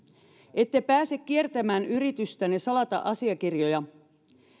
ette pääse kiertämään yritystänne salata asiakirjoja